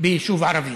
ביישוב ערבי,